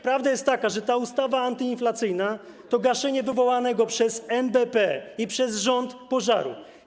Prawda jest taka, że ta ustawa antyinflacyjna to gaszenie wywołanego przez NBP i przez rząd pożaru.